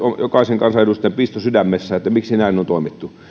jokaisen kansanedustajan tuntea nyt pisto sydämessään että miksi näin on toimittu